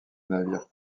navire